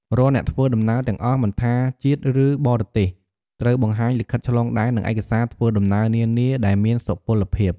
រាល់អ្នកធ្វើដំណើរទាំងអស់មិនថាជាតិឬបរទេសត្រូវបង្ហាញលិខិតឆ្លងដែននិងឯកសារធ្វើដំណើរនានាដែលមានសុពលភាព។